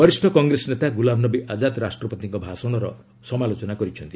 ବରିଷ୍ଠ କଂଗ୍ରେସ ନେତା ଗ୍ରଲାମନବି ଆଜାଦ ରାଷ୍ଟ୍ରପତିଙ୍କ ଅଭିଭାଷଣର ସମାଲୋଚନା କରିଛନ୍ତି